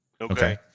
okay